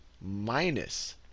minus